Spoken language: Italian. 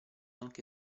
anche